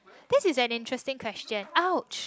that's is an interesting question ouch